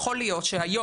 יכול להיות שהיום,